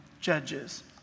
judges